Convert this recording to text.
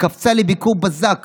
שקפצה לביקור בזק